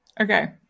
Okay